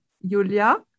Yulia